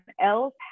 else